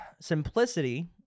simplicity